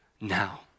now